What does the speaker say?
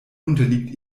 unterliegt